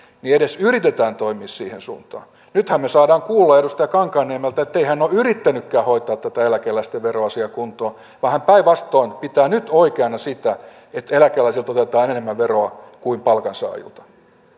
niin edes yritetään toimia siihen suuntaan nythän me saamme kuulla edustaja kankaanniemeltä ettei hän ole yrittänytkään hoitaa tätä eläkeläisten veroasiaa kuntoon vaan hän päinvastoin pitää nyt oikeana sitä että eläkeläisiltä otetaan enemmän veroa kuin palkansaajilta